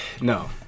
no